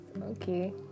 Okay